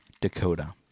Dakota